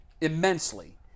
immensely